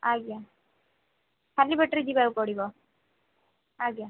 ଆଜ୍ଞା ଖାଲି ପେଟରେ ଯିବାକୁ ପଡ଼ିବ ଆଜ୍ଞା